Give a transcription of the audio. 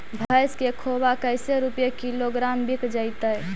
भैस के खोबा कैसे रूपये किलोग्राम बिक जइतै?